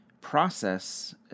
process